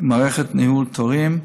מערכת ניהול תורים.